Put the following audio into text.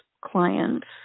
clients